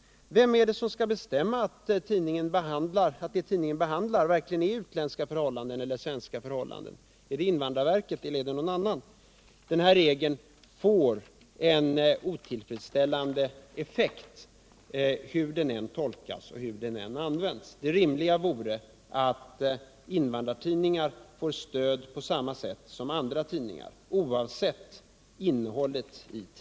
Vem skall bestämma att det tidningen behandlar verkligen är utländska eller svenska förhållanden? Är det invandrarverket eller någon annan? Den här regeln får en otillfredsställande effekt, hur den än tolkas och hur den än används. Det rimliga vore att invandrartidningarna fick stöd på samma sätt som andra tidningar, oavsett innehållet.